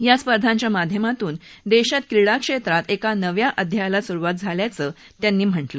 या स्पर्धांच्या माध्यमातून देशात क्रीडा क्षेत्रात एका नव्या अध्यायाला सुरुवात झाली आहे असं त्यांनी सांगितलं